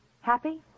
Happy